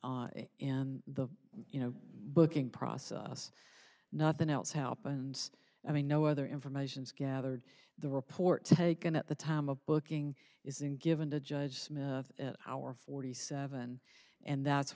in the you know booking process nothing else happens i mean no other information is gathered the report taken at the time a booking isn't given to judge our forty seven and that's